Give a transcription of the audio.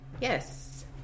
Yes